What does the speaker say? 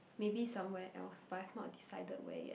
maybe somewhere else but I've not decided where yet